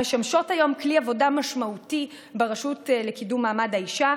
משמשות היום כלי עבודה משמעותי ברשות לקידום מעמד האישה,